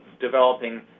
developing